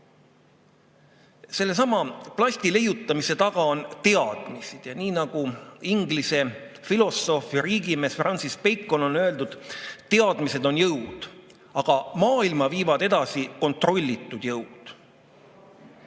Sellesama plasti leiutamise taga on teadmised. Ent nagu Inglise filosoof ja riigimees Francis Bacon on öelnud: teadmised on jõud, aga maailma viivad edasi kontrollitud jõud.